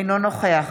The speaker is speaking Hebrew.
אינו נוכח